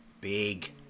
big